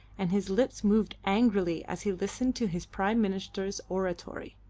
and his lips moved angrily as he listened to his prime minister's oratory.